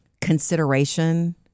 consideration